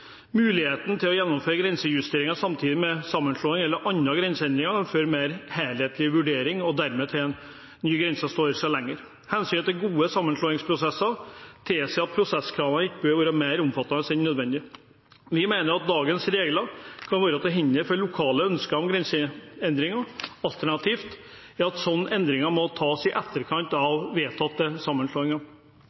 Muligheten til å gjennomføre grensejusteringer samtidig med sammenslåing eller andre grenseendringer fører til en mer helhetlig vurdering og til at nye grenser står seg lenger. Hensynet til gode sammenslåingsprosesser tilsier at prosesskravene ikke behøver å være mer omfattende enn nødvendig. Vi mener at dagens regler kan være til hinder for lokale ønsker om grenseendringer. Alternativt må slike endringer tas i etterkant at vedtatte sammenslåinger.